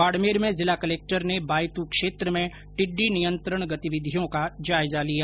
बाडमेर में जिला कलक्टर ने बायतू क्षेत्र में टिड्डी नियंत्रण गतिविधियों का जायजा लिया